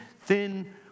thin